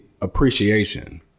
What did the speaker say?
appreciation